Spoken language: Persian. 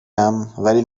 ام، ولی